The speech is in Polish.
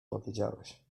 powiedziałeś